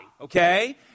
okay